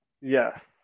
Yes